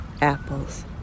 apples